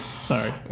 Sorry